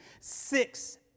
six